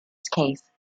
case